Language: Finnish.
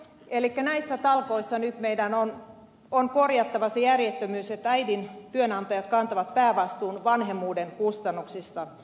elikkä näissä talkoissa meidän on nyt korjattava se järjettömyys että äidin työnantajat kantavat päävastuun vanhemmuuden kustannuksista